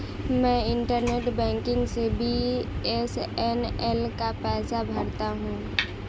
मैं internet banking से BSNL का पैसा भरता हूं